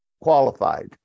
qualified